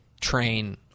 train